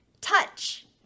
touch